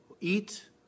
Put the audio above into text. eat